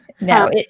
no